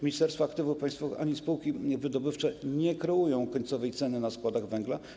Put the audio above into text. Ministerstwo Aktywów Państwowych ani spółki wydobywcze nie kreują końcowej ceny na składach węgla.